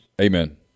Amen